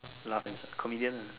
laugh ah comedian ah